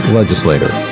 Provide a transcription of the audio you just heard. legislator